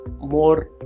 more